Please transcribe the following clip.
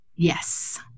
Yes